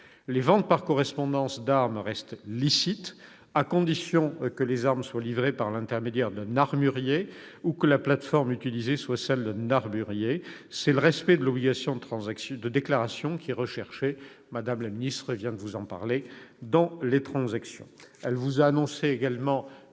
Les ventes par correspondance d'armes restent licites, à condition que les armes soient livrées par l'intermédiaire d'un armurier ou que la plateforme utilisée soit celle d'un armurier. C'est le respect de l'obligation de déclaration qui est recherchée ; Mme la ministre vient d'en parler. Elle a également